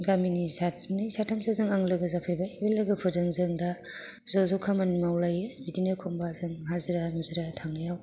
गामिनि सानै साथामसोजों आं लोगो जाफैबाय बे लोगोफोरजों जों दा ज'ज' खामानि मावलायो बिदिनो एखमब्ला जों हाजिरा हुजिरा थांनायाव